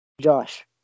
Josh